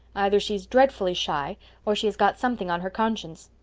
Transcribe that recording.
either she's dreadfully shy or she has got something on her conscience.